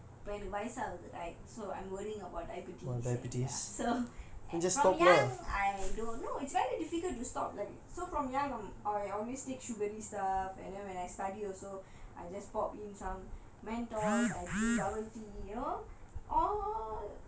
when myself so I'm worrying about diabetes and so ya like so from young I don't know it's very difficult to stop so from young I always take sugary stuff and then when I study also I just pop in some mentos I drink bubble tea you know